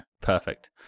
Perfect